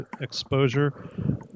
exposure